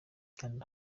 kanda